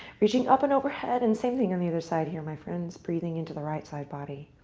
reaching up and overhead. and same thing on the other side, here, my friends. breathing into the right side body.